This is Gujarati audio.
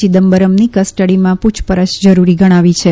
ચિદમ્બરમની કસ્ટડીમાં પૂછપરછ જરૂરી ગણાવી છે